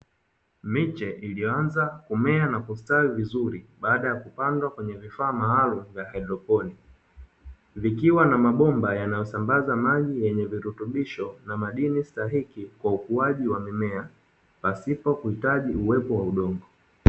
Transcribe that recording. Miche iliyoanza kumea na kustawi vizuri baada ya kupandwa kwenye vifaa maalumu vya haidroponi vikiwa na mabomba yanayo sambaza maji yenye virutubisho na madini stahiki kwa ukuaji wa mimea pasipo kuhitaji uwepo wa udongo.